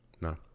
no